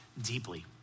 deeply